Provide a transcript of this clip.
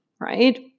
Right